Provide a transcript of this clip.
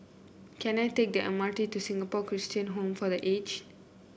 can I take the M R T to Singapore Christian Home for The Aged